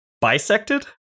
bisected